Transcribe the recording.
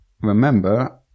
remember